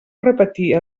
repetir